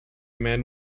man